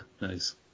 nice